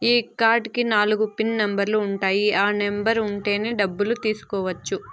ఈ కార్డ్ కి నాలుగు పిన్ నెంబర్లు ఉంటాయి ఆ నెంబర్ ఉంటేనే డబ్బులు తీసుకోవచ్చు